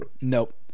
Nope